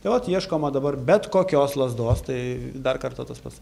tai vat ieškoma dabar bet kokios lazdos tai dar kartą tas pats